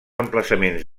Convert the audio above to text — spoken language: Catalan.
emplaçaments